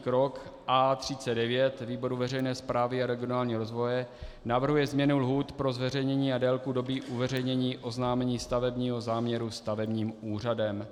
Krok 38., A39 výboru veřejné správy a regionálního rozvoje navrhuje změny lhůt pro zveřejnění a délku doby uveřejnění oznámení stavebního záměru stavebním úřadem.